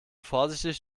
vorsichtig